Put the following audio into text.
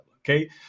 okay